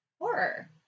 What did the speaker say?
horror